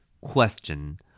Question